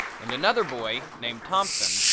and another boy, named thompson,